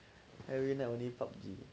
every night only P_U_B_G